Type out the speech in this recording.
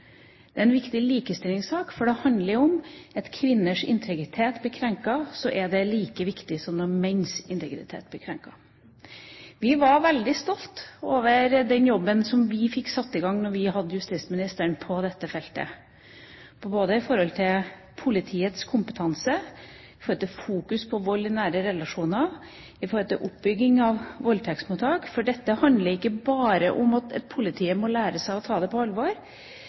Det er en viktig likestillingssak, for det handler om at når kvinners integritet blir krenket, er det like viktig som når menns integritet blir krenket. Vi var veldig stolt over den jobben som vi fikk satt i gang da vi hadde justisministeren på dette feltet – både i forhold til politiets kompetanse, i forhold til fokus på vold i nære relasjoner, og i forhold til oppbygging av voldtektsmottak. For dette handler ikke bare om at politiet må lære seg å ta det på alvor.